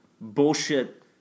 bullshit